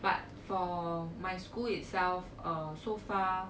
but for my school itself uh so far